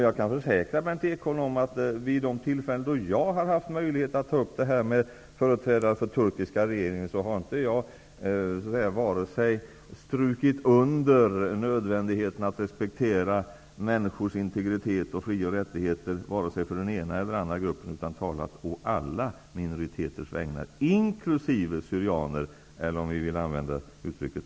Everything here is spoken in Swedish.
Jag kan försäkra Berndt Ekholm om att vid de tillfällen som jag har haft möjlighet att ta upp detta med företrädare för den turkiska regeringen inte för den ena eller den andra gruppen har strykit under nödvändigheten av respekt för människors integritet och fri och rättigheter, utan talat å alla minoriteters vägnar -- inklusive syrianer, eller assyrier om man vill använda det uttrycket.